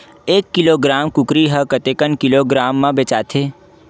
एक किलोग्राम कुकरी ह कतेक किलोग्राम म बेचाथे?